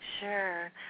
Sure